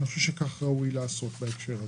אני חושב שכך ראוי לעשות בהקשר הזה.